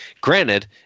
Granted